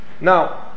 Now